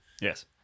yes